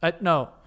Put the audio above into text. No